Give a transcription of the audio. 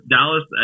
Dallas